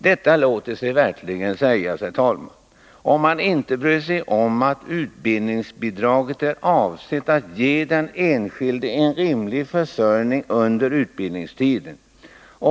Detta låter sig verkligen sägas om man inte bryr sig om att utbildningsbidraget är avsett att ge den enskilde en rimlig försörjning under utbildningstiden.